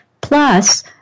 plus